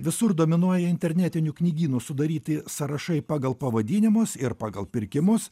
visur dominuoja internetinių knygynų sudaryti sąrašai pagal pavadinimus ir pagal pirkimus